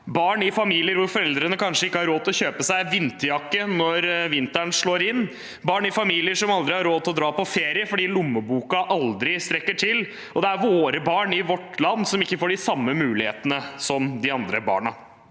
barn i familier hvor foreldrene kanskje ikke har råd til å kjøpe seg vinterjakke når vinteren slår inn, barn i familier som aldri har råd til å dra på ferie, fordi lommeboka aldri strekker til. Det er våre barn i vårt land som ikke får de samme mulighetene som de andre barna.